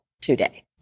today